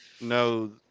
no